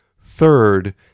Third